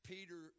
Peter